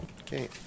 Okay